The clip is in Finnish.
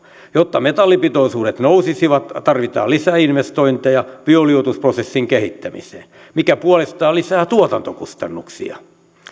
jotta metallipitoisuudet nousisivat tarvitaan lisäinvestointeja bioliuotusprosessin kehittämiseen mikä puolestaan lisää tuotantokustannuksia